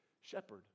shepherd